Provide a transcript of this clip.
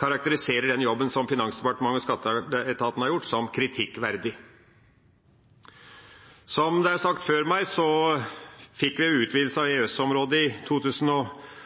karakteriserer den jobben som Finansdepartementet og skatteetaten har gjort, som kritikkverdig. Som det er sagt før meg, fikk vi en utvidelse av EØS-området i